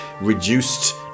reduced